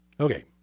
Okay